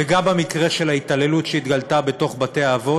וגם המקרה של ההתעללות שהתגלתה בתוך בתי-האבות,